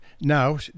now